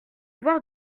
voir